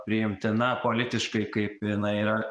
priimtina politiškai kaip jinai yra